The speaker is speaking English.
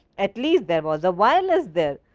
at least, there was a wireless there.